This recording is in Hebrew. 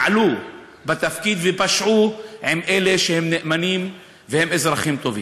מעלו בתפקיד ופשעו כלפי אלה שהם נאמנים והם אזרחים טובים.